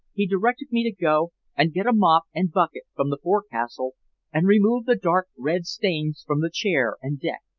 he directed me to go and get a mop and bucket from the forecastle and remove the dark red stains from the chair and deck.